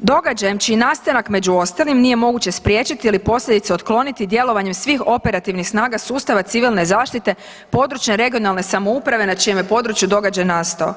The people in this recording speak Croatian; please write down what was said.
događajem čiji nastanak, među ostalim, nije moguće spriječiti ili posljedice otkloniti djelovanjem svih operativnih snaga sustava Civilne zaštite područne, regionalne samouprave na čijem je području događaj nastao.